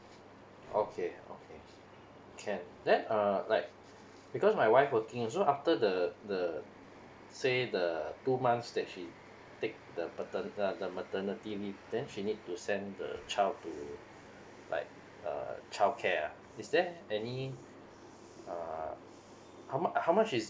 okay okay can then uh like because my wife working so after the the say the two months that she take the pater~ the maternity leave then she need to send the child to like uh childcare ah is there any uh how mu~ how much is